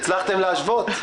הצלחתם להשוות.